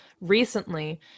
recently